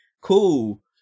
cool